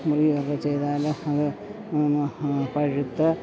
മുറിയുക ഒക്കെ ചെയ്താൽ അത് പിന്നെ പഴുത്ത്